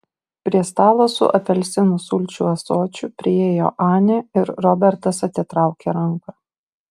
prie stalo su apelsinų sulčių ąsočiu priėjo anė ir robertas atitraukė ranką